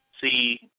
see